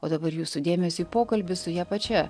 o dabar jūsų dėmesiui pokalbis su ja pačia